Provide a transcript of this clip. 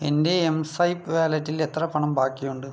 എൻ്റെ M swipe വാലെറ്റിൽ എത്ര പണം ബാക്കിയുണ്ട്